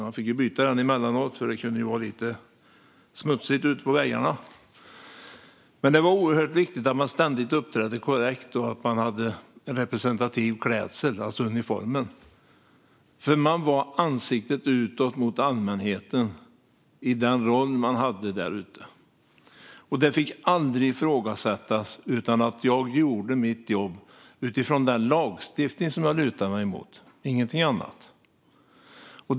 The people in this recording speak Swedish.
Man fick byta den emellanåt, för det kunde vara lite smutsigt ute på vägarna. Det var oerhört viktigt att man ständigt uppträdde korrekt och hade representativ klädsel, det vill säga uniformen. Man var nämligen ansiktet utåt mot allmänheten i den roll man hade. Det fick aldrig ifrågasättas att jag gjorde mitt jobb utifrån den lagstiftning som jag lutade mig mot - inget annat.